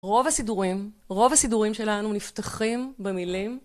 רוב הסידורים, רוב הסידורים שלנו נפתחים במילים...